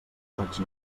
faig